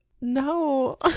no